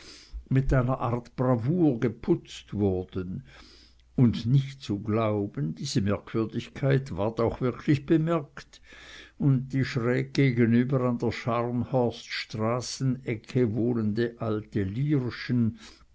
mit einer art bravour geputzt wurden und nicht zu glauben diese merkwürdigkeit ward auch wirklich bemerkt und die schräg gegenüber an der scharnhorststraßen ecke wohnende alte